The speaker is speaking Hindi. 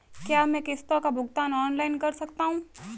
क्या मैं किश्तों का भुगतान ऑनलाइन कर सकता हूँ?